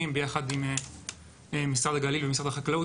ביחד עם משרד הגליל ומשרד החקלאות,